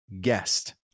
guest